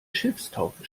schiffstaufe